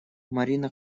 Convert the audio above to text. марина